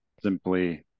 simply